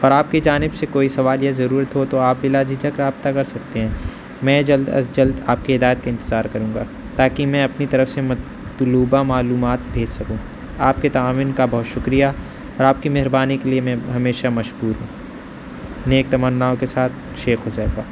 اور آپ کی جانب سے کوئی سوال یا ضرورت ہو تو آپ بلا جھجھک رابطہ کر سکتے ہیں میں جلد از جلد آپ کی ہدایت کے انتظار کروں گا تاکہ میں اپنی طرف سے مطلوبہ معلومات بھیج سکوں آپ کے تعاون کا بہت شکریہ اور آپ کی مہربانی کے لیے میں ہمیشہ مشکور ہوں نیک تمناؤں کے ساتھ شیخ حذیفہ